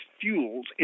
fuels